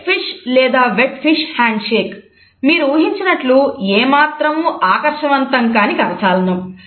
dead fish ఏ మాత్రము ఆకర్షవంతం కాని కరచాలనం